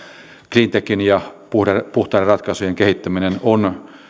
cleantechin ja puhtaiden ratkaisujen kehittäminen on